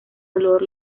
olor